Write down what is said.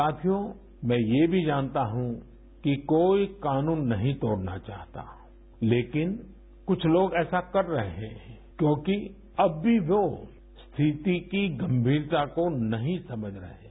साथियो मैं ये भी जानता हूं कि कोई कानून नहीं तोड़ना चाहता लेकिन कुछ तोग ऐसा कर रहे हैं क्योंकि अब भी वो स्थिति की गंगीरता को नहीं समझ रहे हैं